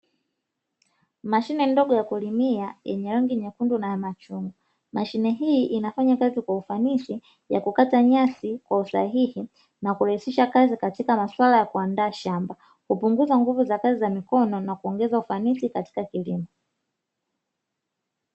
Mashine ndogo ya kulimia yenye rangi nyekundu na ya machungwa. Mashine hii inafanya kazi kwa ufanisi ya kukata nyasi kwa usahihi na kurahisisha kazi katika maswala ya kuandaa shamba. Hupunguza nguvu za kazi za mikono na kuongeza ufanisi katika kilimo.